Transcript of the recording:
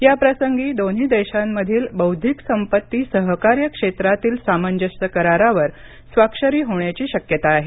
या प्रसंगी दोन्ही देशांमधील बौद्धिक संपत्ती सहकार्य क्षेत्रातील सामंजस्य करारावर स्वाक्षरी होण्याची शक्यता आहे